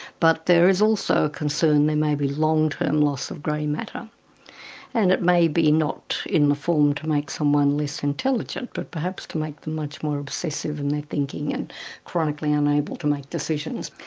but there is also a concern there may be long term loss of grey matter and it may be not in the form to make someone less intelligent but perhaps to make them much more obsessive in their thinking, and chronically unable to make decisions.